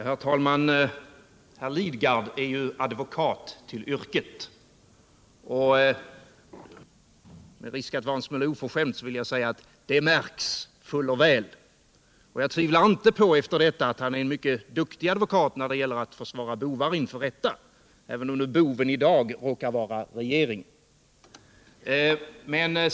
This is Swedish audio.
Herr talman! Bertil Lidgard är advokat till yrket. Med risk för att vara en smula oförskämd vill jag säga: Det märks fuller väl. Och jag tvivlar inte efter detta på att han är en mycket duktig advokat när det gäller att försvara bovar inför rätt, även om nu boven i dag råkar vara regeringen.